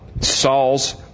Saul's